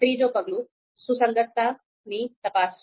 ત્રીજો પગલું સુસંગતતા ની તપાસ છે